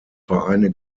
vereine